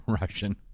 Russian